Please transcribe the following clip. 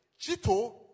Chito